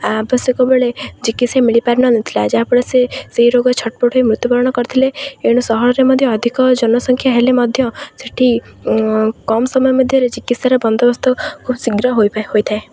ଆବଶ୍ୟକ ବେଳେ ଚିକିତ୍ସା ମିଳିପାରିନଥିଲା ଯାହାଫଳରେ ସେଇ ରୋଗ ଛଟ ପଟ ହୋଇ ମୃତ୍ୟୁବରଣ କରିଥିଲେ ଏଣୁ ସହରରେ ମଧ୍ୟ ଅଧିକ ଜନସଂଖ୍ୟା ହେଲେ ମଧ୍ୟ ସେଠି କମ ସମୟ ମଧ୍ୟରେ ଚିକିତ୍ସାର ବନ୍ଦୋବସ୍ତ ଖୁବ ଶୀଘ୍ର ହୋଇଥାଏ